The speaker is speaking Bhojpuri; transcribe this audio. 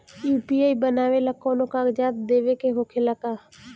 यू.पी.आई बनावेला कौनो कागजात देवे के होखेला का?